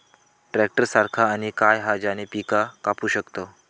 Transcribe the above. Tractor सारखा आणि काय हा ज्याने पीका कापू शकताव?